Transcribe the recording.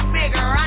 bigger